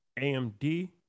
AMD